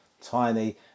tiny